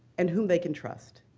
and whom they can trust.